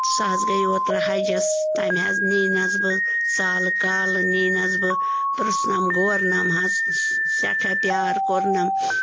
سۄ حظ گٔے اوترٕ حَجَس تَمہِ حظ نیٖنَس بہٕ سالہٕ کالہٕ نیٖنَس بہٕ پرٛژھنَم گورنَم حظ سٮ۪ٹھاہ پیار کوٚرنَم